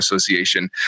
Association